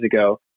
ago